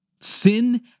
Sin